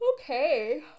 Okay